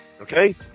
Okay